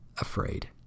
afraid